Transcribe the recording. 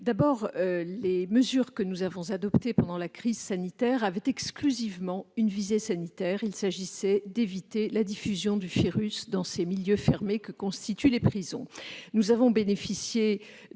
les mesures que nous avons adoptées pendant la crise sanitaire avaient une visée exclusivement sanitaire : il s'agissait d'éviter la diffusion du virus dans les milieux fermés que sont les prisons.